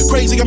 Crazy